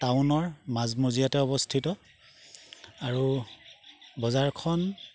টাউনৰ মাজমজিয়াতে অৱস্থিত আৰু বজাৰখন